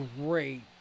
Great